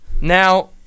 Now